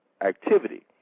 Activity